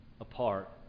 apart